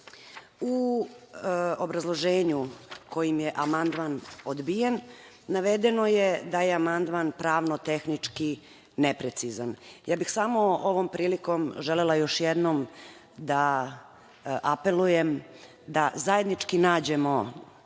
U obrazloženju kojim je amandman odbijen, navedeno je da je amandman pravno tehnički neprecizan. Ja bih samo ovom prilikom želela još jednom da apelujem da zajednički nađemo